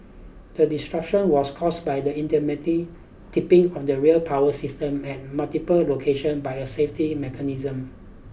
the disruption was caused by the intermittent tripping of the rail power system at multiple location by a safety mechanism